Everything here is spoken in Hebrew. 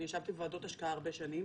אני ישבתי בוועדות השקעה הרבה שנים.